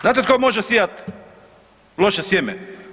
Znate tko može sijat loše sjeme?